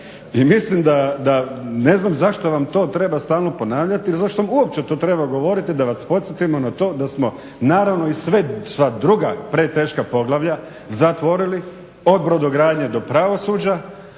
I mislim da, ne znam zašto nam to treba stalno ponavljati i zašto nam uopće to treba govoriti da vas podsjetimo na to da smo naravno i sve, sva druga preteška poglavlja zatvorili, od brodogradnje do pravosuđa,